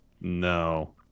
No